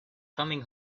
coming